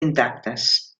intactes